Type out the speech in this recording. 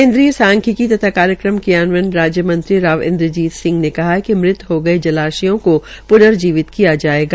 केंद्रीय सांख्यिकी तथा कार्यक्रम क्रियान्वयन राज्य मंत्री राव इंद्रजीत सिंह ने कहा कि मृत हो गए जलाशयों को प्नर्जीवित किया जाएगा